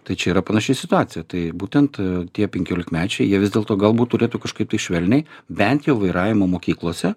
tai čia yra panaši situacija tai būtent tie penkiolikmečiai jie vis dėlto galbūt turėtų kažkaip tai švelniai bent jau vairavimo mokyklose